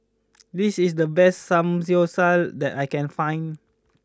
this is the best Samgeyopsal that I can find